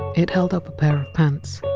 it held up a pair of pants!